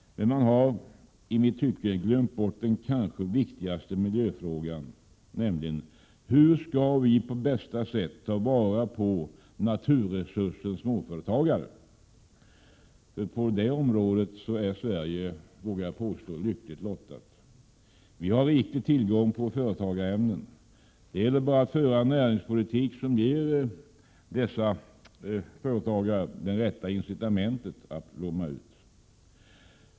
Men man har i mitt tycke glömt den kanske viktigaste miljöfrågan: Hur skall vi på bästa sätt ta vara på naturresursen småföretagare? På detta område är Sverige nämligen, vågar jag påstå, lyckligt lottat. Vi har riklig tillgång på företagarämnen. Det gäller bara att föra en näringspolitik som ger dessa det rätta incitamentet för att blomma ut.